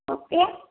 okay